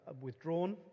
withdrawn